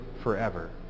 forever